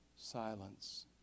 silence